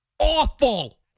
Awful